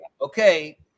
okay